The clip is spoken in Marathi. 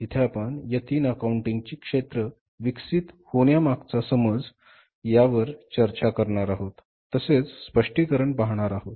इथे आपण या तीन अकाउंटिंगची क्षेत्र विकसित होण्या मागचा समज यावर चर्चा करणार आहोत तसेच स्पष्टीकरण पाहणार आहोत